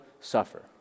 suffer